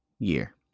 year